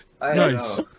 Nice